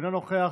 אינו נוכח,